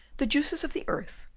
the juices of the earth,